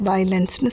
Violence